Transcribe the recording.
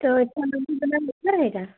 तो रहेगा